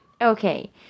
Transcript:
Okay